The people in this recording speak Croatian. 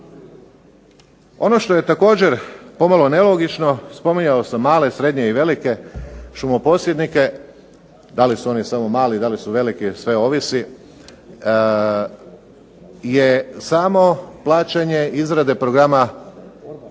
Ono što je također pomalo nelogično, spominjao sam male, srednje i velike šumoposjednike, da li su oni samo mali, i da li su veliki sve ovisi, je samo plaćanje izrade programa,